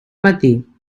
matí